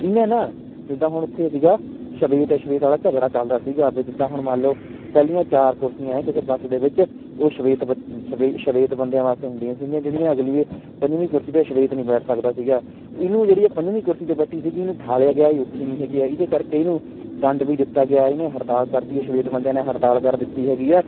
ਇਹਨੇ ਨਾ ਜਿੱਦਾਂ ਹੁਣ ਉੱਥੇ ਸੀਗਾ ਸ਼ਵੇਤ ਸ਼ਵੇਤ ਆਲਾ ਝਗੜਾ ਚਲਦਾ ਸੀਗਾ ਵੀ ਜਿੱਦਾਂ ਹੁਣ ਮੰਨ ਲਓ ਪਹਿਲੀਆਂ ਚਾਰ ਕੁਰਸੀਆਂ ਹੈ ਕਿਸੇ ਬੱਸ ਦੇ ਵਿੱਚ ਉਹ ਸ਼ਵੇਤ ਸਵੇ ਸ਼ਵੇਤ ਬੰਦਿਆਂ ਵਾਸਤੇ ਹੁੰਦੀਆਂ ਸੀਗੀਆਂ ਜਿਹੜੀਆਂ ਅਗਲੀ ਪੰਜਵੀਂ ਕੁਰਸੀ 'ਤੇ ਸ਼ਵੇਤ ਨਹੀਂ ਬੈਠ ਸਕਦਾ ਸੀਗਾ ਇਹਨੂੰ ਜਿਹੜੀ ਹੈ ਪੰਜਵੀਂ ਕੁਰਸੀ 'ਤੇ ਬੈਠੀ ਸੀਗੀ ਇਹਨੂੰ ਉਠਾਲਿਆ ਗਿਆ ਇਹ ਉੱਠੀ ਨਹੀਂ ਹੈਗੀ ਹੈ ਇਹਦੇ ਕਰਕੇ ਇਹਨੂੰ ਦੰਡ ਵੀ ਦਿੱਤਾ ਗਿਆ ਇਹਨੇ ਹੜਤਾਲ ਕਰ ਦਿੱਤੀ ਸ਼ਵੇਤ ਬੰਦਿਆਂ ਨੇ ਹੜਤਾਲ ਕਰ ਦਿੱਤੀ ਹੈਗੀ ਹੈ